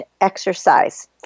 exercise